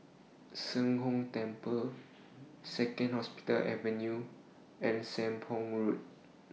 Sheng Hong Temple Second Hospital Avenue and Sembong Road